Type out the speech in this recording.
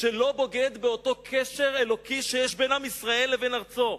שלא בוגד באותו קשר אלוקי שיש בין עם ישראל לבין ארצו.